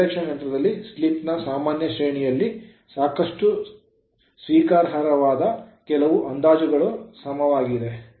ಇದು ಇಂಡಕ್ಷನ್ ಯಂತ್ರದಲ್ಲಿ ಸ್ಲಿಪ್ ನ ಸಾಮಾನ್ಯ ಶ್ರೇಣಿಯಲ್ಲಿ ಸಾಕಷ್ಟು ಸ್ವೀಕಾರಾರ್ಹವಾದ ಕೆಲವು ಅಂದಾಜುಗಳಿಗೆ ಸಮವಾಗಿದೆ